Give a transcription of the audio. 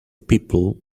people